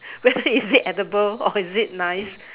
whether is it edible or is it nice